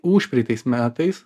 užpraeitais metais